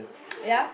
ya